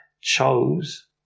chose